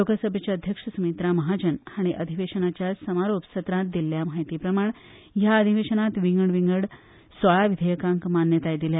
लोकसभेच्यो अध्यक्ष सुमित्रा महाजन हांणी अधिवेशनाच्या समारोप सत्रांत दिल्ले माहिती प्रमाण ह्या अधिवेशनांत विंगड विंगड सोळा विधेयकांक मान्यताय दिल्या